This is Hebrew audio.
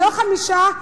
לא חמישה,